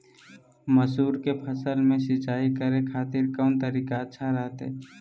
मसूर के फसल में सिंचाई करे खातिर कौन तरीका अच्छा रहतय?